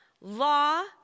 law